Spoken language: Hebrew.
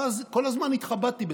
ואז כל הזמן התחבטתי בזה.